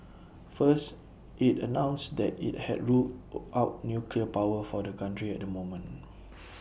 first IT announced that IT had ruled out nuclear power for the country at the moment